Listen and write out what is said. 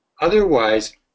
Otherwise